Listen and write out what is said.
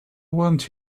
want